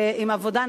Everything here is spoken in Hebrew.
בעבודה נכונה,